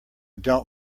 don’t